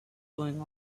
going